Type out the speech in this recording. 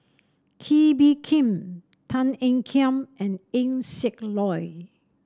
Kee Bee Khim Tan Ean Kiam and Eng Siak Loy